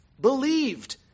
believed